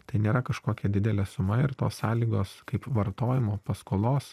tai nėra kažkokia didelė suma ir tos sąlygos kaip vartojimo paskolos